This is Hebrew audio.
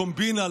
קומבינה,